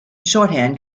shorthand